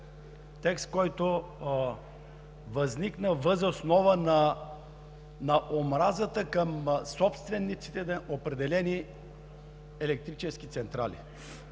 текст, който възникна въз основа на омразата към собствениците на определени електрически централи.